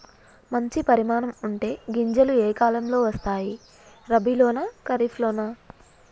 మంచి పరిమాణం ఉండే గింజలు ఏ కాలం లో వస్తాయి? రబీ లోనా? ఖరీఫ్ లోనా?